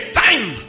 time